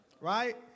Right